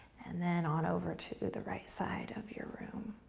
and then on over to the right side of your room.